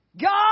God